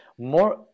more